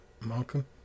Malcolm